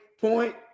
point